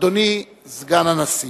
אדוני סגן הנשיא,